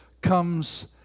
comes